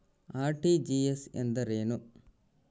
RTGS ಎಂದರೇನು?